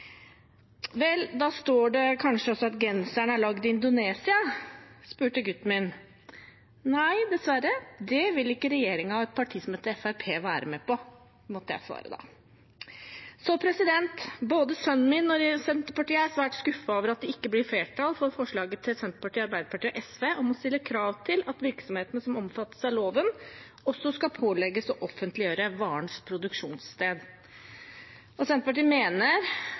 Vel, da står det kanskje også at genseren er lagd i Indonesia? spurte gutten min. – Nei, dessverre, det vil ikke regjeringen og et parti som heter Fremskrittspartiet være med på, måtte jeg svare da. Både sønnen min og Senterpartiet er svært skuffet over at det ikke blir flertall for forslaget til Senterpartiet, Arbeiderpartiet og SV om å stille krav til at virksomhetene som omfattes av loven, også skal pålegges å offentliggjøre varens produksjonssted. Senterpartiet mener